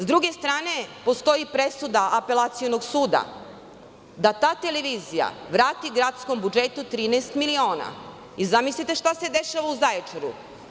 S druge strane, postoji presuda Apelacionog suda da ta televizija vrati gradskom budžetu 13 miliona i zamislite šta se dešava u Zaječaru?